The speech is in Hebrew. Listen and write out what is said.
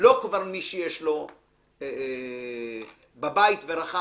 לא מי שכבר יש לו בבית ורכש,